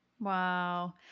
Wow